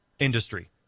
Industry